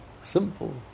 simple